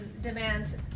demands